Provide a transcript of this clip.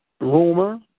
rumor